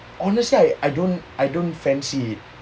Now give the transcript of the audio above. honestly I I don't I don't fancy